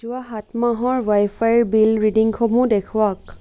যোৱা সাত মাহৰ ৱাইফাইৰ বিল ৰিডিঙসমূহ দেখুৱাওক